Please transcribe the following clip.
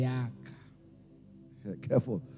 Careful